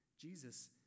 Jesus